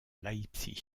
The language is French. leipzig